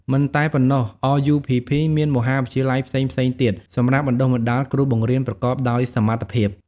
មិនតែប៉ុណ្ណោះRUPPមានមហាវិទ្យាល័យផ្សេងៗទៀតសម្រាប់បណ្តុះបណ្តាលគ្រូបង្រៀនប្រកបដោយសមត្ថភាព។